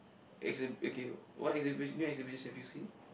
exhib~ okay what exhibit new exhibitions have you seen